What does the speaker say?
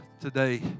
today